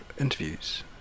interviews